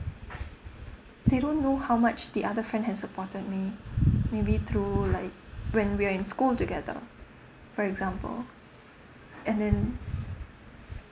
they don't know how much the other friend had supported me maybe through like when we're in school together for example and then